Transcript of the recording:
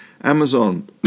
Amazon